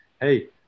hey